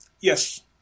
Yes